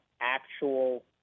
actual